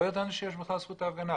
לא ידענו שיש בכלל זכות הפגנה.